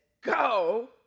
Go